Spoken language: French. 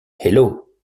hello